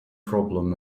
problem